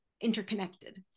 interconnected